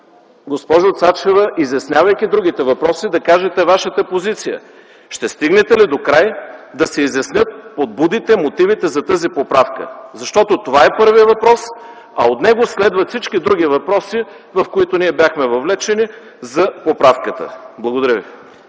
госпожо Цачева, изяснявайки другите въпроси, да кажете Вашата позиция – ще стигнете ли докрай да се изяснят подбудите, мотивите за тази поправка? Защото това е първият въпрос, а от него следват всички други въпроси, в които ние бяхме въвлечени за поправката. Благодаря ви.